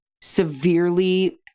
severely